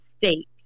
state